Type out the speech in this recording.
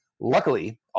Luckily